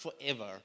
forever